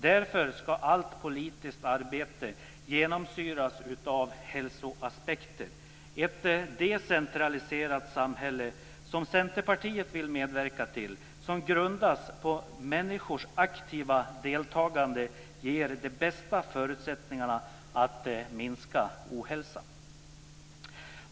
Därför ska allt politiskt arbete genomsyras av hälsoaspekter. Ett decentraliserat samhälle, som Centerpartiet vill medverka till, som grundas på människors aktiva deltagande ger de bästa förutsättningarna att minska ohälsa.